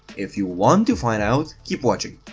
if you want to find out, keep watching.